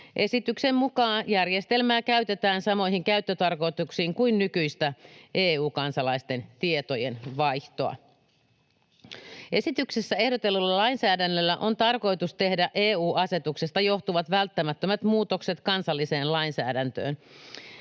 Esityksen mukaan järjestelmää käytetään samoihin käyttötarkoituksiin kuin nykyistä EU-kansalaisten tietojenvaihtoa. Esityksessä ehdotetulla lainsäädännöllä on tarkoitus tehdä EU-asetuksesta johtuvat välttämättömät muutokset kansalliseen lainsäädäntöön.